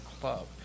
Club